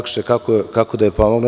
Kako da mu pomognem?